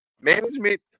Management